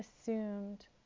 assumed